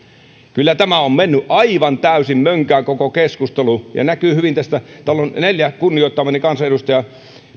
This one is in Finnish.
kyllä tämä on mennyt aivan täysin mönkään koko keskustelu ja se näkyy hyvin tästä että täällä on neljä kunnioittamaani kansanedustajaa